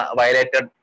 violated